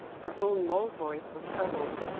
her own low voice was puzzled.